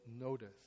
notice